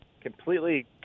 completely